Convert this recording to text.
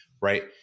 right